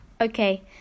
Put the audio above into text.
Okay